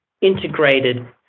integrated